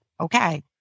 okay